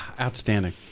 Outstanding